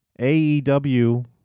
AEW